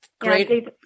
great